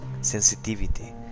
sensitivity